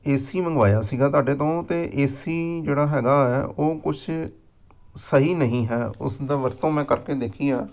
ਏ C ਮੰਗਵਾਇਆ ਸੀਗਾ ਤੁਹਾਡੇ ਤੋਂ ਅਤੇ ਏ ਸੀ ਜਿਹੜਾ ਹੈਗਾ ਹੈ ਉਹ ਕੁਛ ਸਹੀ ਨਹੀਂ ਹੈ ਉਸ ਦਾ ਵਰਤੋਂ ਮੈਂ ਕਰਕੇ ਦੇਖੀ ਆ